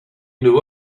knew